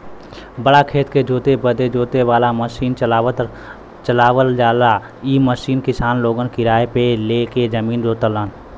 बड़ा खेत के जोते बदे जोते वाला मसीन चलावल जाला इ मसीन किसान लोगन किराए पे ले के जमीन जोतलन